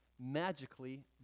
magically